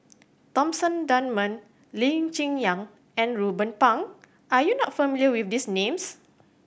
Thomson Dunman Lee Cheng Yan and Ruben Pang are you not familiar with these names